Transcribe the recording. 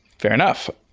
fair enough.